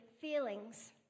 feelings